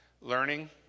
learning